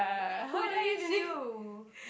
Huda is you